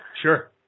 Sure